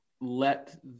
let